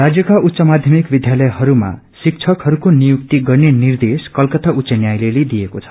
राज्यका उच्च माध्यमिक विधालयहरूमा शिक्षकहरूको नियुक्ति गर्ने निर्देश कलकत्ता उच्च न्यायालयले सिएको छ